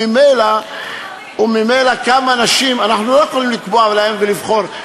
כולם גברים.